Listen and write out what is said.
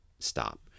stop